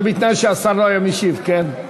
זה בתנאי שהשר לא היה משיב, כן.